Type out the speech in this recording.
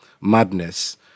madness